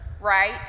right